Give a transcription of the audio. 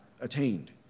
attained